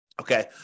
Okay